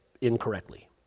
incorrectly